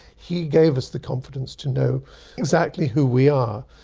he gave us the confidence to know exactly who we are.